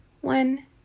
one